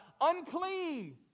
unclean